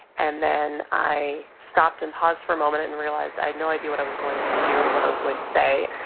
and then i stopped and paused for a moment and realized i had no idea what i was going to do or what i was going to say.